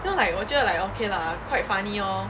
then 我 like 我觉得 like okay lah quite funny orh